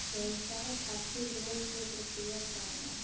व्यवसाय खातीर लोन के प्रक्रिया का बा?